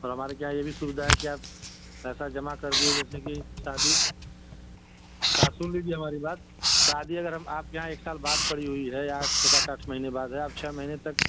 और हमारा क्या है यह भी सुविधा है कि आप पैसा जमा कर दिए जैसे की शादी आप सुन लीजिए हमारी बात शादी अगर हम आपके यहाँ एक साल बाद पड़ी हुई है या छः सात आठ महीने बाद है आप छः महीने तक